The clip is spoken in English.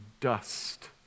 Dust